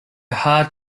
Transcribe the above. heart